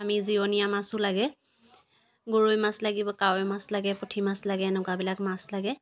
আমি জিৰণীয়া মাছো লাগে গৰৈমাছ লাগিব কাৱৈমাছ লাগে পুঠিমাছ লাগে এনেকুৱাবিলাক মাছ লাগে